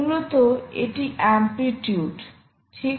মূলত এটি অ্যামপ্লিচিউড ঠিক